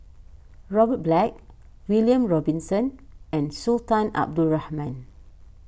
Robert Black William Robinson and Sultan Abdul Rahman